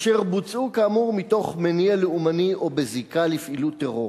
אשר בוצעו כאמור מתוך מניע לאומני או בזיקה לפעילות טרור.